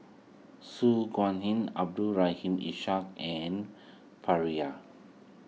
Su Guaning Abdul Rahim Ishak and Pereira